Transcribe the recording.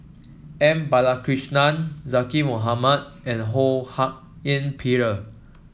M Balakrishnan Zaqy Mohamad and Ho Hak Ean Peter